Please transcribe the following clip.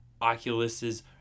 Oculus's